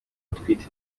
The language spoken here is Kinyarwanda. atwite